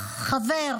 אח, חבר,